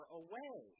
away